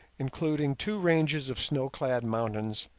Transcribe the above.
including two ranges of snow-clad mountains,